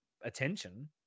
attention